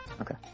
Okay